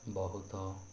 ବହୁତ